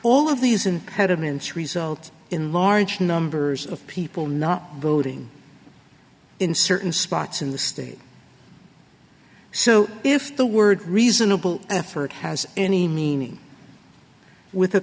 impediments result in large numbers of people not voting in certain spots in the state so if the word reasonable effort has any meaning with